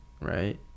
right